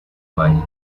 valle